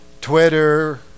Twitter